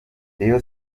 rayon